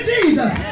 Jesus